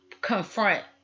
confront